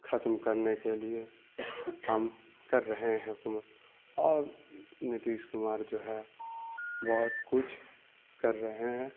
ختم کرنے کے لیے کام کر رہے ہیں حکومت اور نتیش کمار جو ہے بہت کچھ کر رہے ہیں